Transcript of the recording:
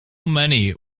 many